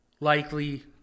likely